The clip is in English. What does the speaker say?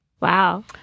Wow